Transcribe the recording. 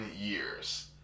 years